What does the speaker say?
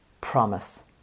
promise